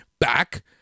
back